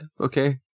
okay